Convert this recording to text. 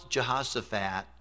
Jehoshaphat